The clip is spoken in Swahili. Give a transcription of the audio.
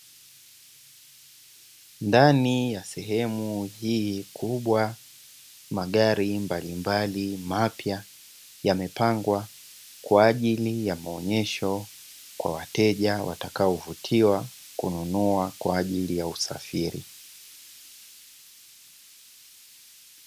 Ndani ya sehemu hii kubwa magari mbalimbali mapya yamepangwa kwa ajili ya maonyesho kwa wateja watakaovutiwa kununua kwa ajili ya usafiri.